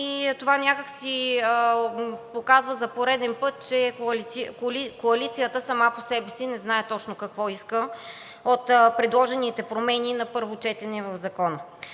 Това някак си показва за пореден път, че коалицията сама по себе си не знае точно, какво иска от предложените промени на първо четене в Закона.